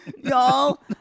Y'all